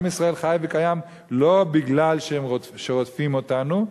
עם ישראל חי וקיים לא מפני שרודפים אותנו.